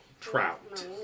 Trout